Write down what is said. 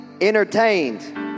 entertained